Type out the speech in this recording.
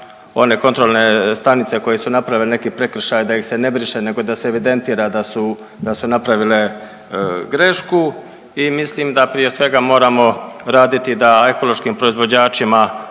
da one kontrolne stanice koje su napravile neki prekršaj da ih se ne briše nego da se evidentira da su napravile grešku i mislim da prije svega moramo raditi da ekološkim proizvođačima